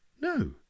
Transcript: No